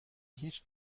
هیچ